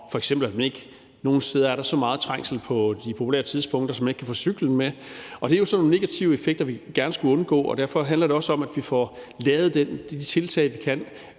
der f.eks. nogle steder er så meget trængsel på de populære tidspunkter, at man ikke kan få cyklen med, og det er jo sådan nogle negative effekter, vi gerne skulle undgå, og derfor handler det også om, at vi får lavet de tiltag, vi kan,